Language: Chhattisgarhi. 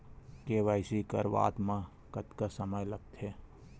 के.वाई.सी करवात म कतका समय लगथे?